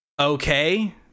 okay